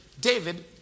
david